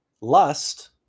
lust